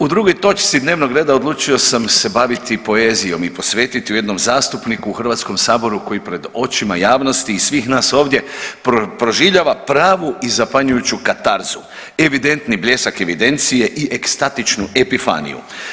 U drugoj točci dnevnog reda odlučio sam se baviti poezijom i posvetiti ju jednom zastupniku u Hrvatskom saboru koji pred očima javnosti i svih nas ovdje proživljava pravu i zapanjujuću katarzu, evidentni bljesak evidencije i ekstatičnu epifaniju.